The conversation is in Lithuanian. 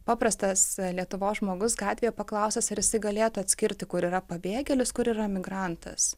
paprastas lietuvos žmogus gatvėje paklaustas ar jisai galėtų atskirti kur yra pabėgėlis kur yra migrantas